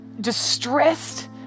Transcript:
distressed